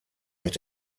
mit